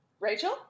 Rachel